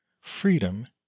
freedom